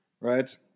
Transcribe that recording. right